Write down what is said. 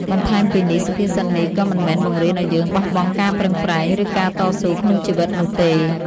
បន្ថែមពីនេះ សុភាសិតនេះក៏មិនមែនបង្រៀនឱ្យយើងបោះបង់ការប្រឹងប្រែង ឬការតស៊ូក្នុងជីវិតនោះទេ។